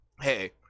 hey